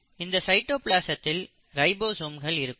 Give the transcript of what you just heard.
இந்த சைட்டோபிளாசத்தில் ரைபோசோம்கள் இருக்கும்